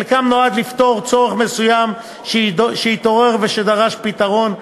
חלקן נועד לפתור צורך מסוים שהתעורר ודרש פתרון,